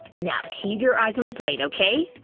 now keep you eyes on the plate, okay?